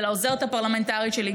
ולעוזרת הפרלמנטרית שלי,